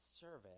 service